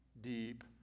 deep